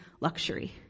luxury